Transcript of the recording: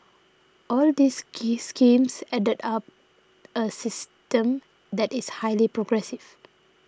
all these skis schemes add up a system that is highly progressive